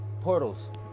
Portals